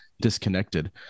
disconnected